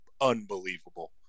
unbelievable